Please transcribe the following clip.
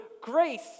grace